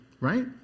right